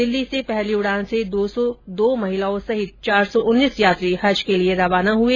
दिल्ली से पहली उड़ान से दो सौ दो महिलाओं सहित चार सौ उन्नीस यात्री हज के लिए रवाना हुए